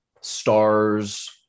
stars